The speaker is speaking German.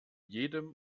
jedem